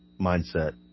mindset